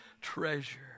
treasure